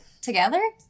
together